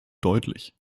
deutlich